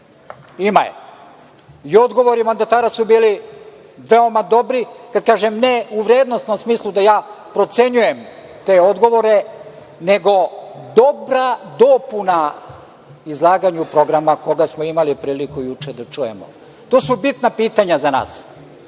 Ima je i odgovori mandatara su bili veoma dobri, ne u vrednosnom smislu da ja procenjujem te odgovore, nego dobra dopuna izlaganju programa koga smo imali priliku juče da čujemo. To su bitna pitanja za